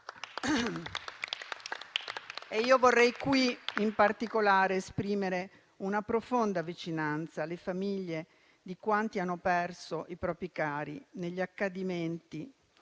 Vorrei qui in particolare esprimere una profonda vicinanza alle famiglie di quanti hanno perso i propri cari negli accadimenti